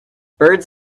birds